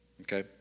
Okay